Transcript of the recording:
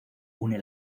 une